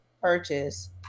Purchase